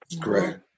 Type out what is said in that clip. correct